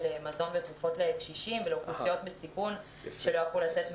מזון ותרופות לקשישים ולאוכלוסיות בסיכון שלא יכלו לצאת מהבית.